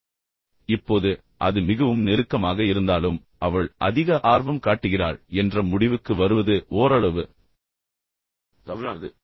எனவே இப்போது அது மிகவும் நெருக்கமாக இருந்தாலும் அவள் அதிக ஆர்வம் காட்டுகிறாள் என்ற முடிவுக்கு வருவது ஓரளவு தவறானது